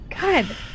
God